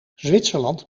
zwitserland